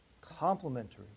Complementary